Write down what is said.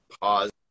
pause